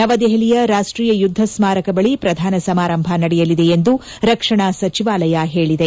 ನವದೆಹಲಿಯ ರಾಷ್ಷೀಯ ಯುದ್ದ ಸ್ನಾರಕ ಬಳಿ ಪ್ರಧಾನ ಸಮಾರಂಭ ನಡೆಯಲಿದೆ ಎಂದು ರಕ್ಷಣಾ ಸಚಿವಾಲಯ ಹೇಳಿದೆ